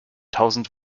tausend